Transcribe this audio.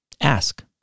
ask